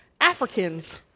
Africans